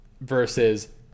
versus